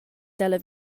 dalla